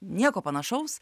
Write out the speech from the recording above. nieko panašaus